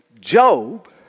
Job